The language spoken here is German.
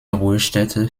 ruhestätte